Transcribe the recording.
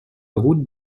route